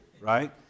right